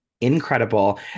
incredible